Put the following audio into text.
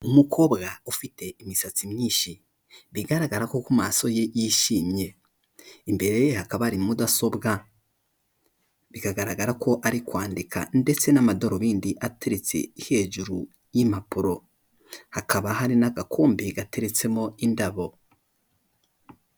Umukobwa ufite imisatsi myinshi bigaragara ko ku maso ye yishimye. Imbere ye hakaba hari mudasobwa bikagaragara ko ari kwandika ndetse n'amadarubindi ateretse hejuru y'impapuro, hakaba hari n'agakombe gateretsemo indabo.